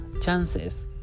chances